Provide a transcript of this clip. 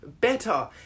better